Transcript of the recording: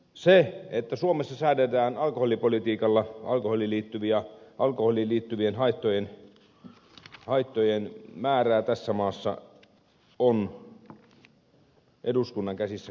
se että suomessa säädellään alkoholipolitiikalla alkoholiin liittyvien haittojen määrää tässä maassa on eduskunnan käsissä kokonaan